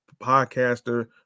podcaster